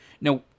now